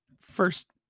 first